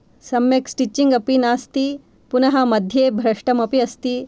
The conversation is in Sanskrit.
सम्यक् स्टिच्चिङ्ग् अपि नास्ति पुनः मध्ये भ्रष्टम् अपि अस्ति